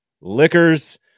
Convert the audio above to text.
Liquors